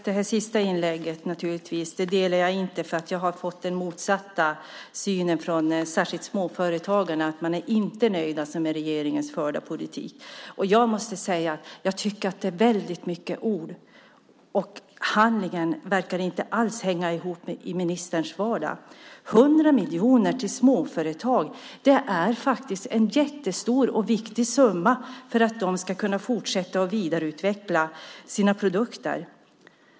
Herr talman! Jag delar inte synen i det sista inlägget. Jag har fått den motsatta synen, särskilt från småföretagarna. Man är inte nöjd med regeringens politik. Det är mycket ord. Handlingen verkar inte alls hänga ihop med orden i ministerns vardag. 100 miljoner till småföretag är en jättestor och viktig summa för att de ska kunna fortsätta att vidareutveckla sina produkter.